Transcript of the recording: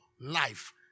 life